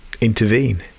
intervene